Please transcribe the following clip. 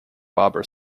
barbara